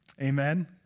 Amen